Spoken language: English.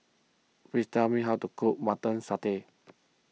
please tell me how to cook Mutton Satay